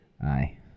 Aye